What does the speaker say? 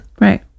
Right